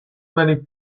many